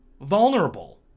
vulnerable